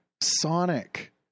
Sonic